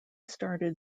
started